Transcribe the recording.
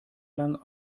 lang